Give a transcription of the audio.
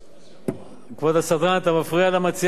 כבוד הסדרן, אתה מפריע למציעה לשמוע את התשובה.